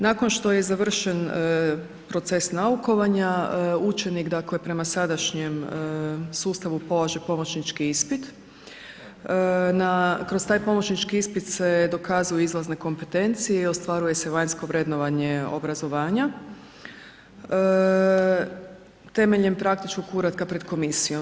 Nakon što je završen proces naukovanja, učenik dakle prema sadašnjem sustavu polaže pomočnićki ispit, kroz taj pomočnićki ispit se dokazuju izlazne kompetencije i ostvaruje se vanjsko vrednovanje obrazovanja temeljem praktičkog uratka pred komisijom.